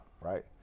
right